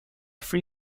free